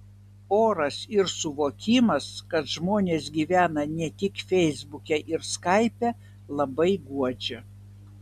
oras ir suvokimas kad žmonės gyvena ne tik feisbuke ir skaipe labai guodžia